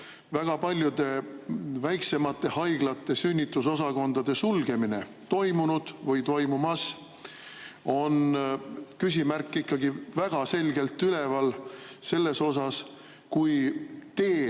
väga paljude väiksemate haiglate sünnitusosakondade sulgemine toimunud või toimumas, on ikkagi väga selgelt üleval küsimärk. Kui teel